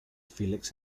felix